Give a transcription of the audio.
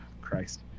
Christ